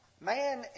Man